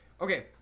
okay